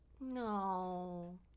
No